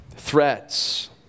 threats